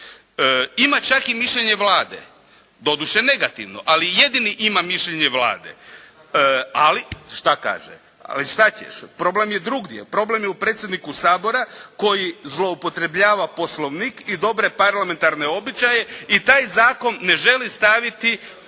ima čak i mišljenje Vlade, doduše negativno ali jedini ima mišljenje Vlade. Ali šta kaže? Ali šta ćeš? Problem je drugdje. Problem je u predsjedniku Sabora koji zloupotrebljava Poslovnik i dobre parlamentarne običaje i taj Zakon ne želi staviti